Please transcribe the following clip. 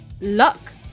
Luck